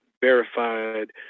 verified